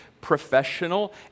professional